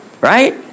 right